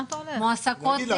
מועסקות